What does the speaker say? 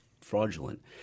fraudulent